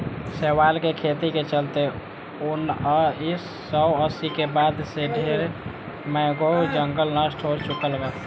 शैवाल के खेती के चलते उनऽइस सौ अस्सी के बाद से ढरे मैंग्रोव जंगल नष्ट हो चुकल बा